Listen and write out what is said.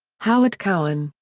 howard cowan,